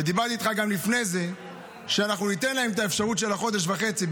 ודיברתי איתך גם לפני זה שניתן להם את האפשרות של חודש וחצי.